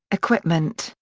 equipment,